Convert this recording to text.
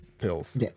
pills